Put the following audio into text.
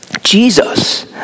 Jesus